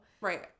Right